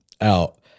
out